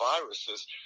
viruses